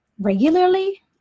Regularly